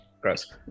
gross